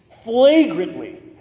flagrantly